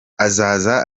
azaza